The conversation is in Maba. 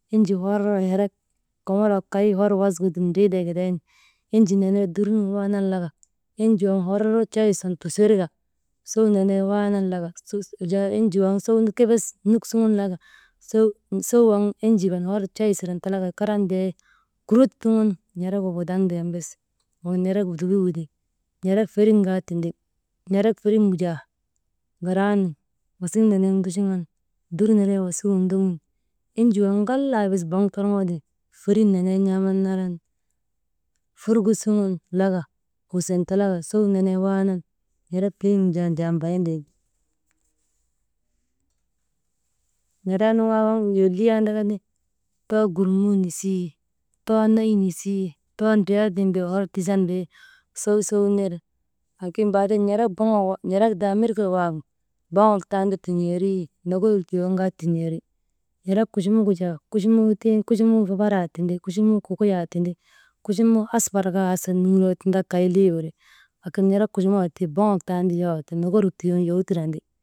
Enjii hor n̰erek kay hor was gu ti ndriitee giday nu, enjii nenee dur nun waanan laka, enjii waŋ hor coy sun tusirka, sow nenee waanan laka su, wujaa enjii waŋ kebes muk suŋun laka «hesitation» sow waŋ enjii kan hor coy siren talaka bee kurut tuŋun n̰eregu wudaŋten bes ti wak n̰erek butuku gu ti. N̰erek ferin kaa tindi, n̰erek ferin gu jaa, garaanu wasik nenek nduchuŋan, dur nenee wasigin ndogun enjii waŋ ŋalaa bes boŋ torŋoo tiŋ, ferin nenee n̰aaman naran furgu suŋun laka wusin talaka sow nenee waanan n̰erek peyin gu jaa ndriyan bayintee ti. N̰eree nu kaa waŋ lolii andaka too gurnuu nisii, too ney nisii, too ndriyartiŋ bee hor tisan bee sow, sow nir. Laakin baaden n̰erek boŋogu n̰erek daamir gek waagu, boŋok tanju tin̰eeri, noŋorik tiyon kaa tin̰eeri, n̰erek kuchumuk gu jaa kuchumuun tiŋ kuchumuu fafaraa tindi, kukuyaa tindi, kuchumuu asfar kaa nuŋuroo tindaka kay lii wiri, laakin n̰erek kuchumuk waagu tii boŋok tan ti yowok ti noŋorik tiyoonu yoy tirandi.